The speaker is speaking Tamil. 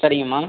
சரிங்கம்மா